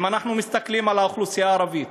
אם אנחנו מסתכלים על האוכלוסייה הערבית,